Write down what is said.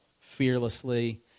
fearlessly